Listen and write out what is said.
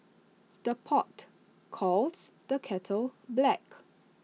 the pot calls the kettle black